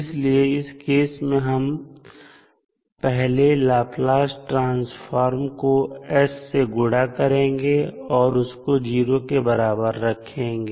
इसलिए इस केस में हम पहले लाप्लास ट्रांसफॉर्म को s से गुणा करेंगे और उसको 0 के बराबर रखेंगे